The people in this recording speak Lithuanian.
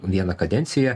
vieną kadenciją